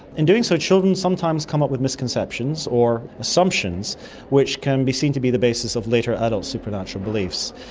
in doing so children sometimes come up with misconceptions, or assumptions which can be seen to be the basis of later adult supernatural beliefs.